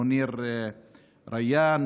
מוניר ריאן,